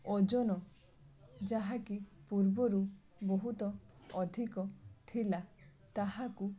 ଓଜନ ଯାହା କି ପୂର୍ବରୁ ବହୁତ ଅଧିକ ଥିଲା ତାହାକୁ